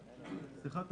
לשבע.